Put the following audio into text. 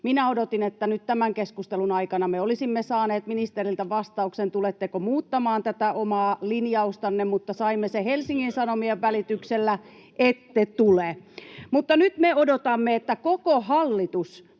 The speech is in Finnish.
odotin, että nyt tämän keskustelun aikana me olisimme saaneet ministeriltä vastauksen, tuletteko muuttamaan tätä omaa linjaustanne, mutta saimme sen Helsingin Sanomien välityksellä: ette tule. Mutta nyt me odotamme, että koko hallitus